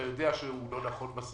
אתה יודע שהוא לא נכון.